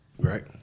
Right